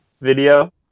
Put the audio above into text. video